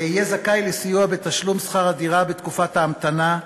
בתקופת ההמתנה,